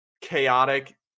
chaotic